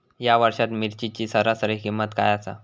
या वर्षात मिरचीची सरासरी किंमत काय आसा?